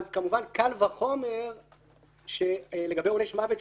קל וחומר לגבי עונש מוות,